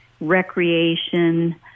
recreation